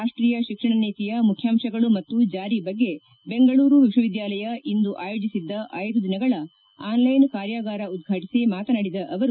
ರಾಷ್ಷೀಯ ಶಿಕ್ಷಣ ನೀತಿಯ ಮುಖ್ಯಾಂಶಗಳು ಮತ್ತು ಜಾರಿ ಬಗ್ಗೆ ಬೆಂಗಳೂರು ವಿಶ್ವವಿದ್ಯಾಲಯ ಇಂದು ಆಯೋಜಿಸಿದ್ದ ಐದು ದಿನಗಳ ಆನ್ಲೈನ್ ಕಾರ್ಯಾಗಾರ ಉದ್ವಾಟಿಸಿ ಮಾತನಾಡಿದ ಅವರು